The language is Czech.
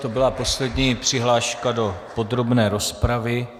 To byla poslední přihláška do podrobné rozpravy.